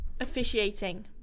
officiating